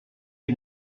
que